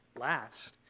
last